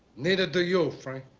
neither do you, frank.